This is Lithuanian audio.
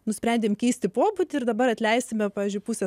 nusprendėme keisti pobūdį ir dabar atleisime pavyzdžiui pusę